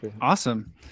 awesome